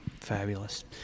Fabulous